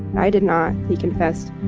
and i did not, he confessed,